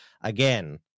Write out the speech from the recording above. again